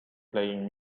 playing